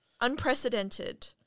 Unprecedented